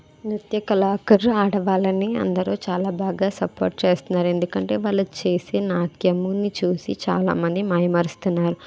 నృత్య కళాకారు ఆడవాళ్ళని అందరు చాలా బాగా సపోర్ట్ చేస్తున్నారు ఎందుకంటే వాళ్ళు చేసే నాట్యమును చూసి చాలామంది మయైమరుస్తున్నారు